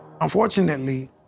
Unfortunately